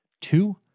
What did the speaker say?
two